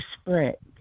split